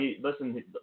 Listen